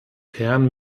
herrn